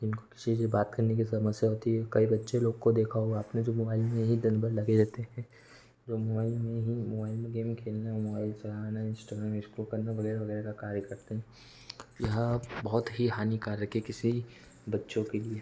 जिनको किसी से बात करने की समस्या होती है कई बच्चे लोग को देखा होगा आप ने जो मोबाइल में ही दिनभर लगे रहते हैं जो मोबाइल में ही मोबाइल में गेम खेलने और मोबाइल चलाना इंस्टॉल अनइंस्टॉल करना वग़ैरह वग़ैरह का कार्य करते हैं यह बहुत ही हानिकारक है किसी बच्चे के लिए